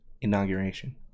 inauguration